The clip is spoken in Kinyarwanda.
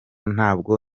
ntabwo